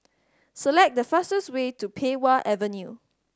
select the fastest way to Pei Wah Avenue